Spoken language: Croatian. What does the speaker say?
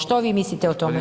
Što vi mislite o tome?